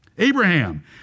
Abraham